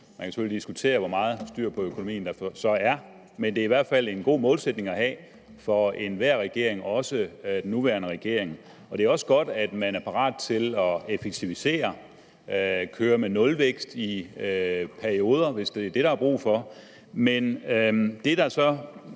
Man kan selvfølgelig diskutere, hvor meget styr på økonomien der så er, men det er i hvert fald en god målsætning at have for enhver regering, også for den nuværende regering. Det er også godt, at man er parat til at effektivisere, køre med nulvækst i perioder, hvis det er det, der er brug for.